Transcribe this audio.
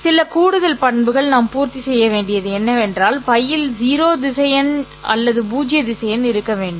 சில கூடுதல் பண்புகள் நாம் பூர்த்தி செய்ய வேண்டியது என்னவென்றால் பையில் 0 திசையன் அல்லது பூஜ்ய திசையன் இருக்க வேண்டும்